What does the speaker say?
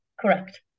correct